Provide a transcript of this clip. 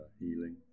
healing